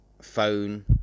phone